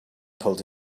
pulled